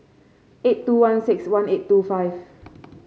eight two one six one eight two five